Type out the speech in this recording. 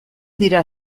dira